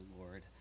Lord